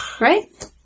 Right